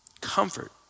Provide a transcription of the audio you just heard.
Comfort